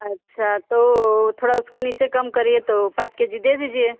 अच्छा तो थोड़ा उसको नीचे कम करिए तो पाँच के जी दे दीजिए